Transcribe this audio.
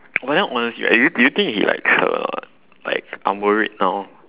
but then honestly right are y~ do you think he likes her like I'm worried now